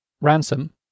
ransom